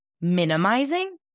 minimizing